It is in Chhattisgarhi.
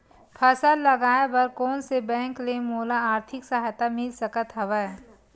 फसल लगाये बर कोन से बैंक ले मोला आर्थिक सहायता मिल सकत हवय?